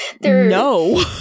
no